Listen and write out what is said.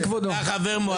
מי כבודו?